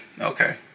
Okay